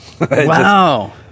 Wow